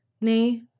Nay